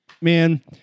man